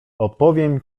opowiem